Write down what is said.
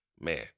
man